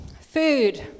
Food